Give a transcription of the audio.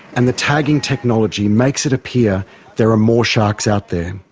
and the tagging technology makes it appear there are more sharks out there.